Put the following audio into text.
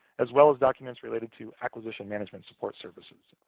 as well as documents related to acquisition management support services,